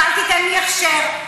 ואל תיתן לי הכשר,